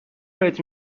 بهت